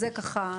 אלה ככה,